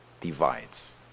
divides